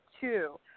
two